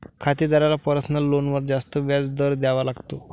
खातेदाराला पर्सनल लोनवर जास्त व्याज दर द्यावा लागतो